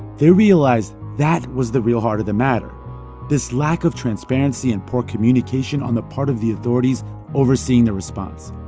they realized that was the real heart of the matter this lack of transparency and poor communication on the part of the authorities overseeing the response.